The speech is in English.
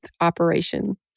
operation